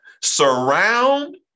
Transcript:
surround